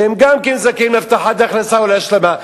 שגם הם זכאים להבטחת הכנסה או להשלמה,